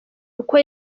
uko